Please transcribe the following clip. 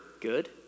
good